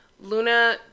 Luna